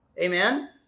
Amen